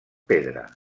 pedra